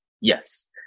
Yes